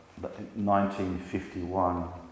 1951